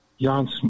Jan